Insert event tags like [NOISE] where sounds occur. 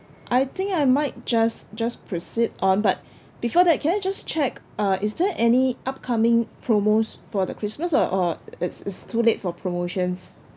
I think I might just just proceed on but [BREATH] before that can I just check uh is there any upcoming promos for the christmas or or it's it's too late for promotions